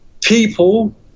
people